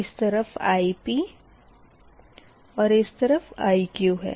इस तरफ़ Ipऔर इस तरफ़ Iq है